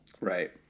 Right